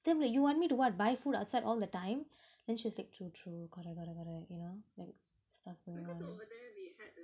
then like you want me to [what] buy food outside all the time and she was like true true correct correct correct correct you know like stuff around